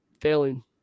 failing